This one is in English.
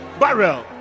barrel